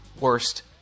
worst